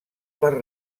per